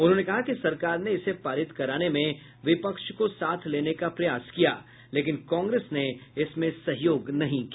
उन्होंने कहा कि सरकार ने इसे पारित कराने में विपक्ष को साथ लेने का प्रयास किया लेकिन कांग्रेस ने इसमें सहयोग नहीं किया